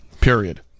Period